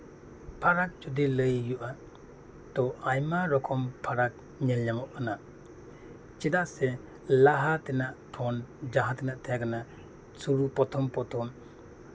ᱯᱷᱟᱨᱟᱠ ᱡᱩᱫᱤ ᱞᱟᱹᱭ ᱦᱩᱭᱩᱜᱼᱟ ᱛᱳ ᱟᱭᱢᱟ ᱨᱚᱠᱚᱢ ᱯᱷᱟᱨᱟᱠ ᱧᱮᱞ ᱧᱟᱢᱚᱜ ᱠᱟᱱᱟ ᱪᱮᱫᱟᱜ ᱞᱟᱦᱟ ᱛᱮᱱᱟᱜ ᱯᱷᱳᱱ ᱡᱟᱦᱟᱸ ᱛᱤᱱᱟᱹᱜ ᱛᱟᱦᱮᱸ ᱠᱟᱱᱟ ᱥᱩᱫᱷᱩ ᱯᱚᱨᱛᱷᱚᱢ ᱯᱚᱨᱛᱷᱚᱢ